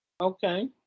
Okay